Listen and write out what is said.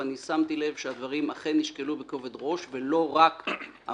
ושמתי לב שהדברים אכן נשקלו בכובד ראש ולא נתנו